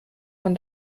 von